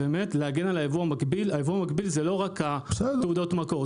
הייבוא המקביל זה לא רק תעודות מקור.